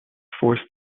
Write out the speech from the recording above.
forced